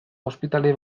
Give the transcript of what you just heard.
ospitale